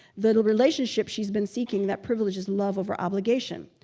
the relationship she's been seeking that privileges love over obligation.